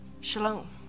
Shalom